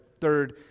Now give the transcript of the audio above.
third